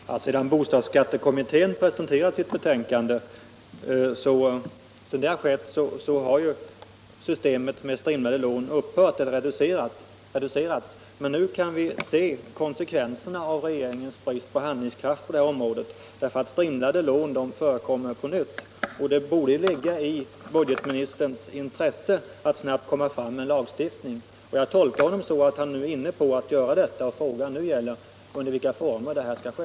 Herr talman! Sedan bostadsskattekommittén presenterade sitt betänkande har ju systemet med strimlade lån upphört eller åtminstone reducerats. Men nu kan vi se konsekvenserna av regeringens brist på handlingskraft på det här området: strimlade lån förekommer nämligen på nytt. Då borde det ligga i budgetministerns intresse att snabbt komma fram med en lagstiftning, och jag tolkar honom så, att han är inne på att göra detta och att det nu endast gäller att ta ställning till under vilka former det skall ske.